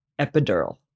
epidural